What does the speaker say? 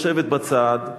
יושבת בצד,